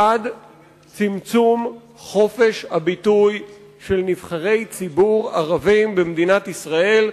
בעד צמצום חופש הביטוי של נבחרי ציבור ערבים במדינת ישראל,